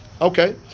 Okay